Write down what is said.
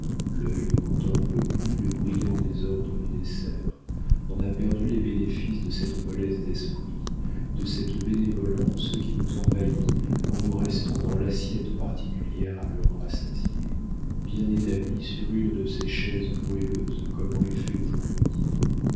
l'œil ne contemple plus le brillant désordre du dessert on a perdu les bénéfices de cette mollesse d'esprit de cette bénévolence qui nous envahit quand nous restons dans l'assiette particulière à l'homme rassasié bien établi sur une de ces chaises moelleuses comme on les fait aujourd'hui